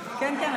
כן, כן.